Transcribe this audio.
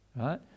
Right